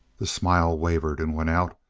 the smile wavered and went out,